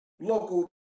local